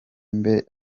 mbe